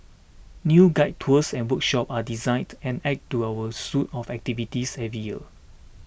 new guided tours and workshops are designed and added to our suite of activities every year